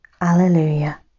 Alleluia